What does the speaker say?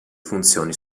funzioni